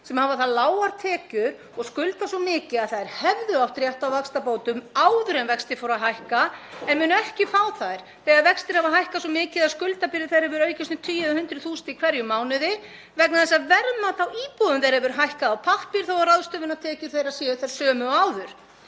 sem hafa það lágar tekjur og skulda svo mikið að þær hefðu átt rétt á vaxtabótum áður en vextir fóru að hækka en munu ekki fá þær þegar vextir hafa hækkað svo mikið að skuldabyrði þeirra hefur aukist um tugi eða hundruð þúsunda í hverjum mánuði vegna þess að verðmat á íbúðum þeirra hefur hækkað á pappír þó að ráðstöfunartekjur þeirra séu þær sömu og áður.